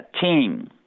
team